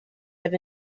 have